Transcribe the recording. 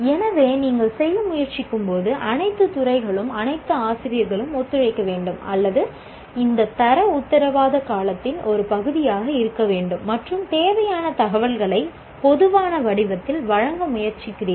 எனவே நீங்கள் செய்ய முயற்சிக்கும்போது அனைத்து துறைகளும் அனைத்து ஆசிரியர்களும் ஒத்துழைக்க வேண்டும் அல்லது இந்த தர உத்தரவாதக் கலத்தின் ஒரு பகுதியாக இருக்க வேண்டும் மற்றும் தேவையான தகவல்களை பொதுவான வடிவத்தில் வழங்க முயற்சிக்கிறீர்கள்